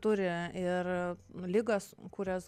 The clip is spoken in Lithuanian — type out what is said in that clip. turi ir nu ligas kurias